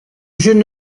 jeune